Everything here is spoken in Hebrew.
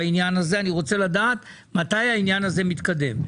אני רוצה לדעת מתי העניין הזה מתקדם.